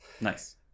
Nice